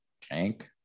tank